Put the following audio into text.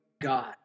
God